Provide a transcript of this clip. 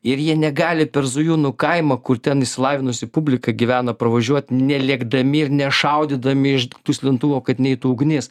ir jie negali per zujūnų kaimą kur ten išsilavinusi publika gyvena pravažiuot nelėkdami ir nešaudydami iš duslintuvo kad neitų ugnis